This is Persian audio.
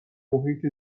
محیط